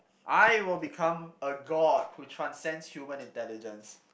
I will become a god who transcends human intelligence